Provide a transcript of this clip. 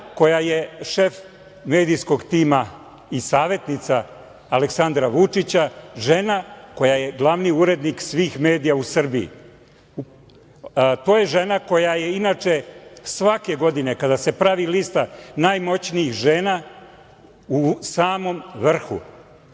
koja je šef medijskog tima i savetnica Aleksandra Vučića, žena koja je glavni urednik svih medija u Srbiji. To je žena koja je inače svake godine kada se pravi lista najmoćnijih žena u samom vrhu. Kako